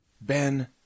Ben